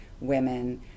women